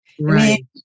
Right